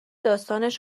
داستانش